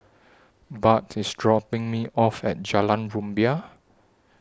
Bart IS dropping Me off At Jalan Rumbia